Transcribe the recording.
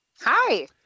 Hi